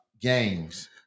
games